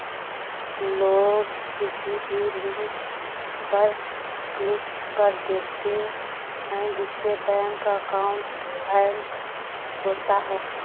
लोग किसी भी लिंक पर क्लिक कर देते है जिससे बैंक अकाउंट हैक होता है